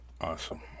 Awesome